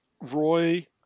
Roy